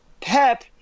Pep